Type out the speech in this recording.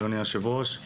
אדוני היושב-ראש,